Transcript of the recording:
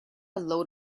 load